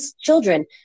children